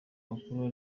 makuru